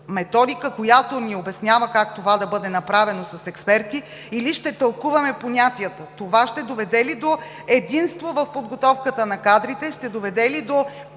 методика, която ни обяснява как това да бъде направено с експерти или ще тълкуваме понятията? Това ще доведе ли до единство в подготовката на кадрите, ще доведе ли до